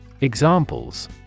Examples